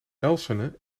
elsene